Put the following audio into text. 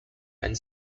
and